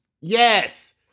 Yes